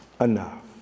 enough